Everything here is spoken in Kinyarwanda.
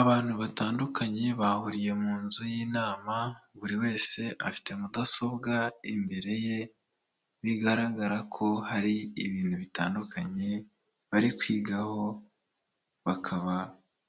Abantu batandukanye bahuriye mu nzu y'inama, buri wese afite mudasobwa imbere ye, bigaragara ko hari ibintu bitandukanye, bari kwigaho, bakaba